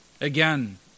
Again